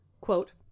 Quote